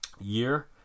year